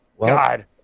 God